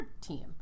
team